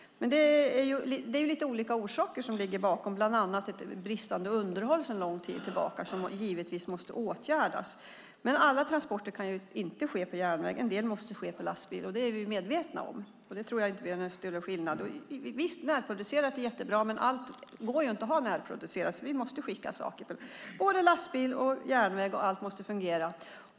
Det ligger lite olika orsaker bakom, bland annat ett sedan lång tid tillbaka bristande underhåll, vilket givetvis måste åtgärdas. Alla transporter kan dock inte ske på järnväg. En del måste ske med lastbil. Det är vi medvetna om, och där tror jag inte att vi har några större åsiktsskillnader. Visst, närproducerat är jättebra, men allt går inte att närproducera, och därför måste vi skicka saker med lastbil och på järnväg. Allt måste fungera.